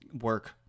work